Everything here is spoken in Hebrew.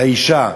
לאישה.